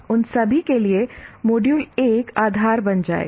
उन सभी के लिए मॉड्यूल 1 आधार बन जाएगा